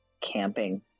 camping